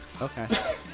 Okay